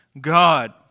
God